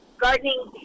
gardening